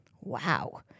Wow